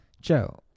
Joe